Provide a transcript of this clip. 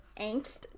angst